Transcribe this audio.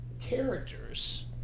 characters